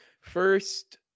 First